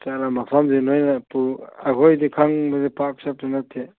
ꯆꯠꯂ ꯃꯐꯝꯁꯤ ꯅꯣꯏꯅ ꯑꯩꯈꯣꯏꯗꯤ ꯈꯪꯕꯗꯨ ꯄꯥꯛ ꯆꯠꯄꯁꯨ ꯅꯠꯇꯦ